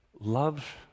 Love